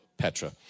Petra